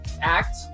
act